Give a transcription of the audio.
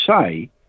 say